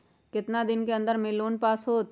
कितना दिन के अन्दर में लोन पास होत?